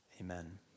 Amen